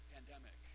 Pandemic